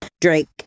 Drake